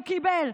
הוא קיבל.